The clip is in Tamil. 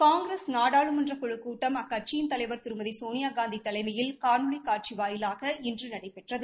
காங்கிரஸ் நாடாளுமன்றக் குழுக் கூட்டம் அக்கட்சியின் தலைவர் திருமதி சோனியாகாந்தி தலைமையில் காணொலி காட்சி வாயிலாக இன்று நடைபெற்றது